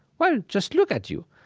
well, just look at you.